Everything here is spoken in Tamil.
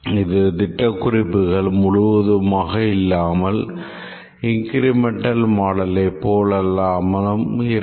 இது திட்டக் குறிப்புகள் முழுவதுமாக இல்லாமலும் இன்கிரிமென்டல் மாடலை போல் இல்லாமலும் இருக்கும்